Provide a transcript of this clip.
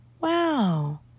Wow